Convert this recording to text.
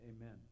Amen